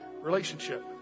relationship